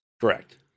Correct